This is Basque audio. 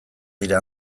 dira